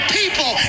people